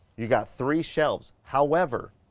you got three shelves. however,